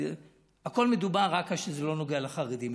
הכול מדובר רק כשזה לא נוגע לחרדים.